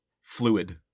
fluid